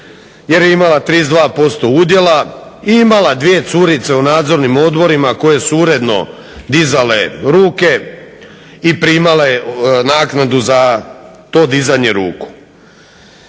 jer je imala 32% udjela i imala dvije curice u nadzornim odborima koje su uredno dizale ruke i primale naknadu za to dizanje ruku.